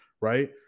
right